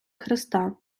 хреста